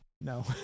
No